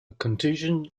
contingent